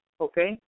okay